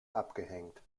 abgehängt